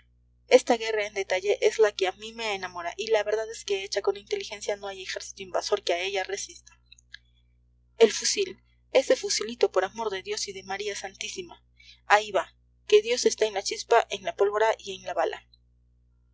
esta guerra en detalle es la que a mí me enamora y la verdad es que hecha con inteligencia no hay ejército invasor que a ella resista el fusil ese fusilito por amor de dios y de maría santísima ahí va que dios esté en la chispa en la pólvora y en la bala